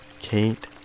Kate